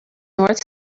north